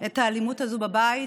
את האלימות הזו בבית